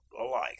alike